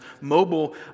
mobile